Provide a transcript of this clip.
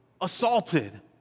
assaulted